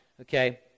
Okay